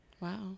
Wow